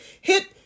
hit